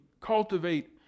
cultivate